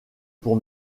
pour